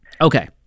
Okay